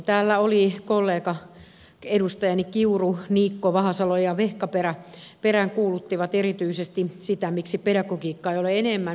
täällä edustajakollegani kiuru niikko vahasalo ja vehkaperä peräänkuuluttivat erityisesti sitä miksi pedagogiikkaa ei ole enemmän